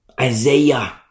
Isaiah